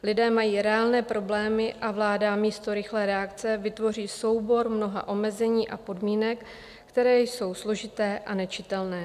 Lidé mají reálné problémy a vláda místo rychlé reakce vytvoří soubor mnoha omezení a podmínek, které jsou složité a nečitelné.